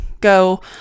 go